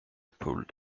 pulled